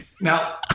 Now